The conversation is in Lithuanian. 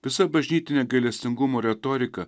visa bažnytinė gailestingumo retorika